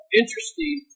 interesting